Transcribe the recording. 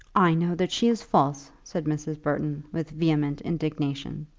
i know that she is false, said mrs. burton, with vehement indignation.